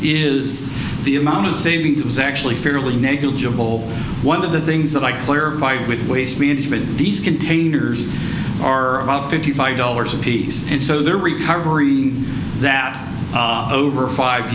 is the amount of savings was actually fairly negligible one of the things that i clarified with waste management these containers are about fifty five dollars a piece and so their recovery that over five